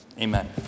Amen